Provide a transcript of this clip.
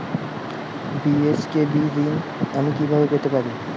BSKB ঋণ আমি কিভাবে পেতে পারি?